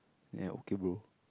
ya okay bro